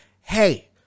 hey